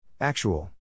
Actual